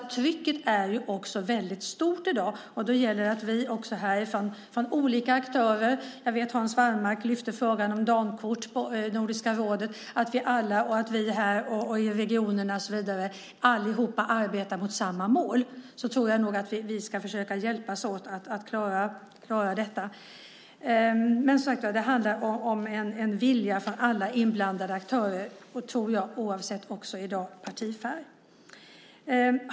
Trycket är alltså väldigt stort i dag. Då gäller det att vi arbetar från olika aktörer. Jag vet att Hans Wallmark lyfte upp frågan om Dankort på Nordiska rådet. Det är viktigt att vi här, i regionerna och så vidare alla arbetar mot samma mål. Då tror jag nog att vi ska hjälpas åt att klara detta. Men det handlar som sagt om en vilja från alla inblandade aktörer oavsett, tror jag också i dag, partifärg.